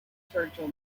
churchill